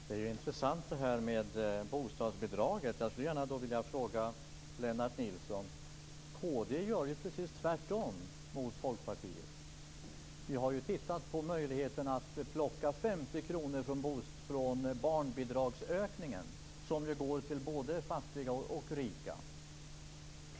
Fru talman! Det här med bostadsbidraget är intressant. Jag skulle gärna vilja ställa en fråga till Lennart Nilsson. Kd gör ju precis tvärtom mot Folkpartiet. Vi har tittat på möjligheten att plocka 50 kr från barnbidragsökningen, som ju går till både fattiga och rika.